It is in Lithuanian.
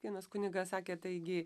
vienas kunigas sakė taigi